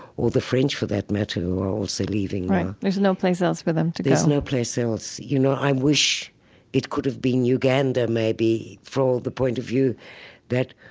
or the french, for that matter, who are also leaving right. there's no place else for them to go there's no place else. you know, i wish it could have been uganda, maybe, for all the point of view that,